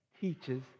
teaches